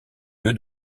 lieu